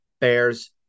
Bears